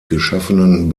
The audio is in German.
geschaffenen